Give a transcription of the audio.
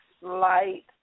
light